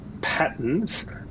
patterns